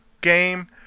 game